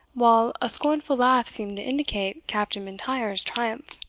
while, a scornful laugh seemed to indicate captain m'intyre's triumph.